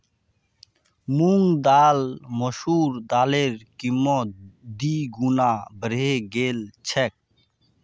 मूंग आर मसूरेर दालेर कीमत दी गुना बढ़े गेल छेक